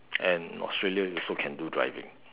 and Australia you also can do driving